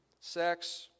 sex